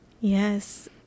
Yes